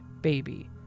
Baby